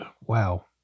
wow